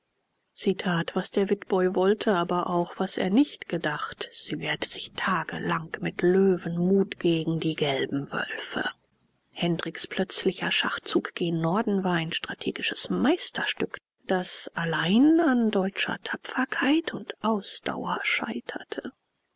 tat was der witboi wollte aber auch was er nicht gedacht sie wehrte sich tagelang mit löwenmut gegen die gelben wölfe hendriks plötzlicher schachzug gen norden war ein strategisches meisterstück das allein an deutscher tapferkeit und ausdauer scheiterte